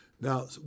Now